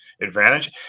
advantage